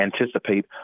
anticipate